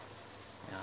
ya